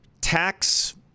tax